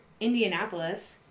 indianapolis